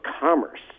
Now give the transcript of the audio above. Commerce